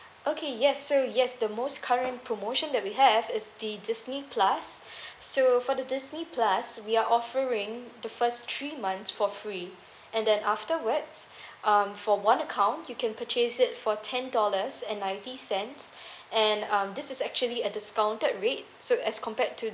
okay yes so yes the most current promotion that we have is the disney plus so for the disney plus we are offering the first three months for free and then afterwards um for one account you can purchase it for ten dollars and ninety cents and um this is actually a discounted rate so as compared to